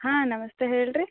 ಹಾಂ ನಮಸ್ತೇ ಹೇಳಿ ರೀ